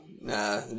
Nah